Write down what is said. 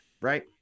right